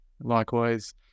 Likewise